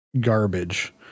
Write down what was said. garbage